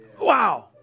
Wow